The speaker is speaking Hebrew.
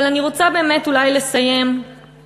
אבל אני רוצה באמת אולי לסיים בשירו